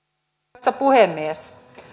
arvoisa puhemies